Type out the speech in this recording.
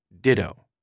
Ditto